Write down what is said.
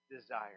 desire